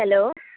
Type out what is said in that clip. hello